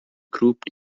grouped